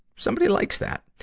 somebody likes that.